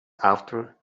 after